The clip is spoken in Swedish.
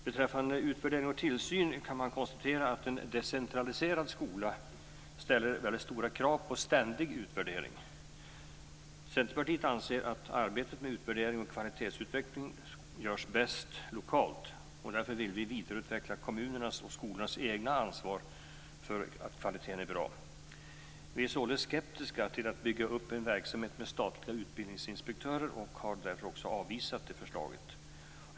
Beträffande utvärdering och tillsyn kan man konstatera att en decentraliserad skola ställer väldigt stora krav på ständig utvärdering. Centerpartiet anser att arbetet med utvärdering och kvalitetsutveckling görs bäst lokalt. Därför vill vi vidareutveckla kommunernas och skolornas eget ansvar för att kvaliteten är bra. Vi är således skeptiska till att bygga upp en verksamhet med statliga utbildningsinspektörer och har därför också avvisat det förslaget.